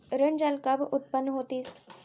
ऋण जाल कब उत्पन्न होतिस?